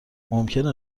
ممکنه